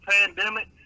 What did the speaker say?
pandemic